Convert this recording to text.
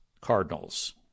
cardinals